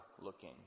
looking